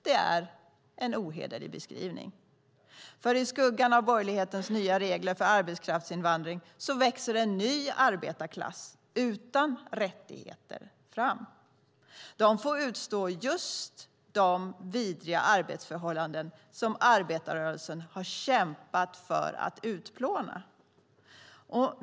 Det är en ohederlig beskrivning, för i skuggan av borgerlighetens nya regler för arbetskraftsinvandring växer en ny arbetarklass utan rättigheter fram. De får utstå just de vidriga arbetsförhållanden som arbetarrörelsen har kämpat för att utplåna.